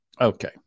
Okay